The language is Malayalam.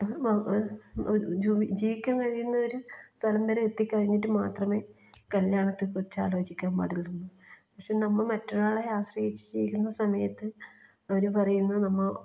ജോലി ജീവിക്കാൻ കഴിയുന്ന ഒരു സ്ഥലം വരെ എത്തി കഴിഞ്ഞിട്ട് മാത്രമേ കല്യാണത്തെ കുറിച്ച് ആലോചിക്കാൻ പാടുള്ളൂവെന്ന് പക്ഷേ നമ്മൾ മറ്റൊരാളെ ആശ്രയിച്ച് ജീവിക്കുന്ന സമയത്ത് അവർ പറയുന്നത് നമ്മൾ